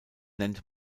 nennt